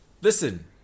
Listen